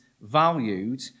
valued